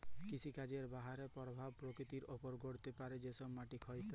কৃষিকাজের বাহয়ে পরভাব পরকৃতির ওপর পড়তে পারে যেমল মাটির ক্ষয় ইত্যাদি